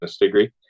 degree